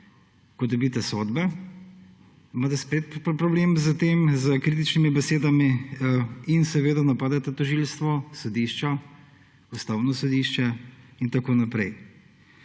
Ko dobite sodbe, imate spet problem s tem, s kritičnimi besedami in seveda napadete tožilstvo, sodišča, Ustavno sodišče in tako naprej.